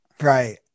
Right